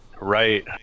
Right